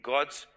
God's